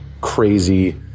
crazy